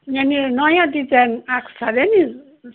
यहाँनिर नयाँ डिजाइन आएको अरे नि